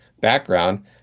background